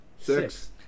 Six